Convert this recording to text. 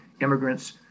immigrants